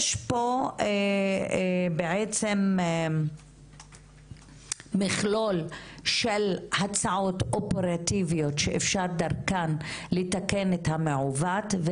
יש פה בעצם מכלול של הצעות אופרטיביות שאפשר דרכן לתקן את המעוות,